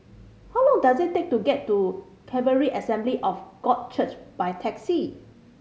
how long does it take to get to Calvary Assembly of God Church by taxi